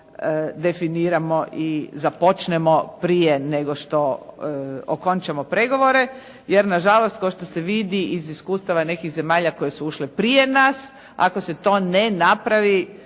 definiramo i započnemo prije nego što okončamo pregovore. Jer nažalost ko što se vidi iz iskustava nekih zemalja koje su ušle prije nas ako se to ne napravi